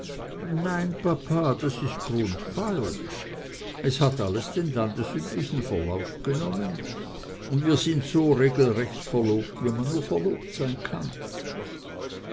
nein papa das ist grundfalsch es hat alles den landesüblichen verlauf genommen und wir sind so regelrecht verlobt wie man nur verlobt sein kann